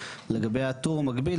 לגבי הטור המקביל,